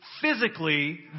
physically